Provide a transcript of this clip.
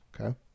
Okay